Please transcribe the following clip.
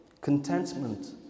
contentment